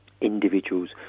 individuals